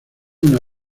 una